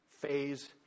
phase